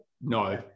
no